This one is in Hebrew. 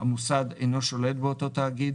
המוסד אינו שולט באותו התאגיד